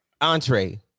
entree